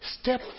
Step